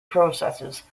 processes